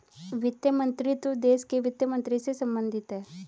वित्त मंत्रीत्व देश के वित्त मंत्री से संबंधित है